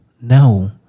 No